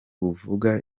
buvuga